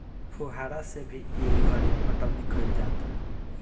फुहारा से भी ई घरी पटौनी कईल जाता